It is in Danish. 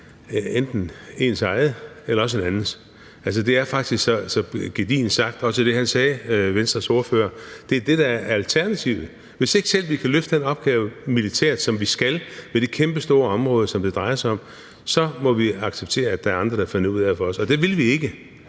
enten ens eget eller en andens. Altså, det er faktisk gedigent sagt, også i forhold til det, Venstres ordfører sagde: Det er det, der er alternativet. Hvis vi ikke selv militært kan løfte den opgave, som vi skal, med det kæmpestore område, som det drejer sig om, så må vi acceptere, at der er andre, der finder ud af det for os. Og det vil vi ikke,